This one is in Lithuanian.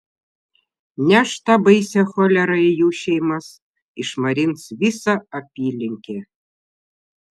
neš tą baisią cholerą į jų šeimas išmarins visą apylinkę